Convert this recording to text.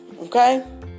Okay